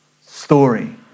story